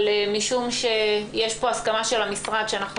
אבל משום שיש פה הסכמה של המשרד שאנחנו